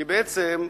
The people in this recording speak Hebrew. כי בעצם,